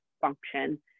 function